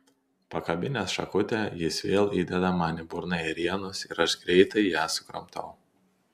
pakabinęs šakute jis vėl įdeda man į burną ėrienos ir aš greitai ją sukramtau